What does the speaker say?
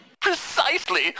Precisely